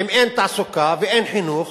אם אין תעסוקה ואין חינוך,